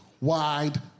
wide